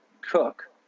cook